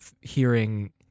hearing